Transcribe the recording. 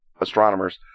astronomers